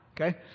okay